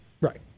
right